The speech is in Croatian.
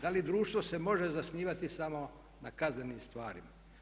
Da li društvo se može zasnivati samo na kaznenim stvarima?